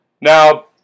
Now